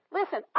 listen